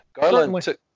Garland